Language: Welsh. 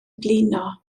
blino